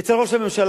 אצל ראש הממשלה.